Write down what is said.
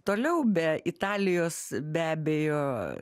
toliau be italijos be abejo